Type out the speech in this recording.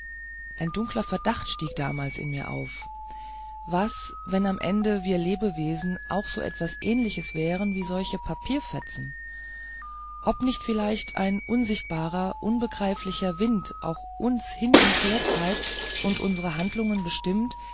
ein dunkler verdacht stieg damals in mir auf was wenn am ende wir lebewesen auch so etwas ähnliches wären wie solche papierfetzen ob nicht vielleicht ein unsichtbarer unbegreiflicher wind auch uns hin und her treibt und unsre handlungen bestimmt